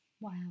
Wow